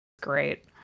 great